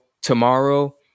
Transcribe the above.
tomorrow